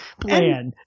plan